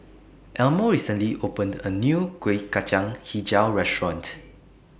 Elmo recently opened A New Kuih Kacang Hijau Restaurant